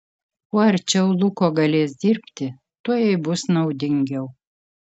kuo arčiau luko galės dirbti tuo jai bus naudingiau